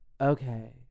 Okay